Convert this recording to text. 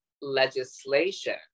legislation